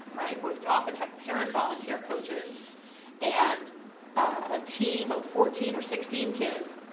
right? which often have parents volunteer coaches and a team of fourteen or sixteen kids.